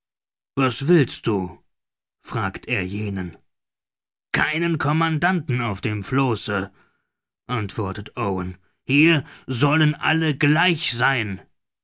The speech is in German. was willst du fragt er jenen keinen commandanten auf dem flosse antwortet owen hier sollen alle gleich sein